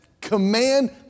command